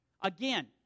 Again